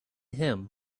him